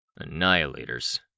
Annihilators